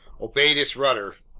obeyed its rudder,